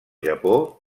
japó